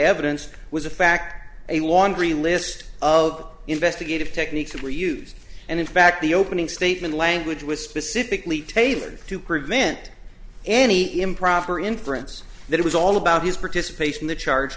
evidence was a fact a laundry list of investigative techniques that were used and in fact the opening statement language was specifically tailored to prevent any improper inference that it was all about his participation in the charge